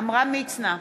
עמרם מצנע,